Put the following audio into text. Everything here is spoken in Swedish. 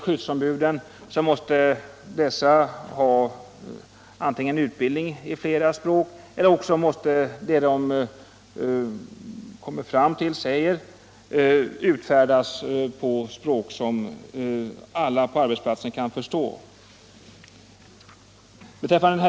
Skyddsombuden måste antingen ha utbildning i flera språk eller också mäste det de kommer fram till utfärdas på språk som alla på arbetsplatsen kan förstå.